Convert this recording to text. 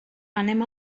anem